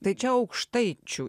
tai čia aukštaičių